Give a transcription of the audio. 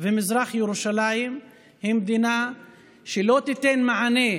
ואת מזרח ירושלים היא מדינה שלא תיתן מענה